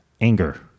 Anger